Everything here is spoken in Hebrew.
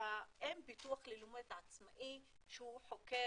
שאין פיתוח ללומד עצמאי שהוא חוקר